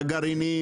הגרעינים,